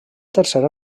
tercera